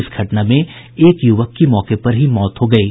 इस घटना में एक युवक की मौके पर ही मौत हो गयी